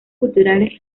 culturales